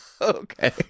Okay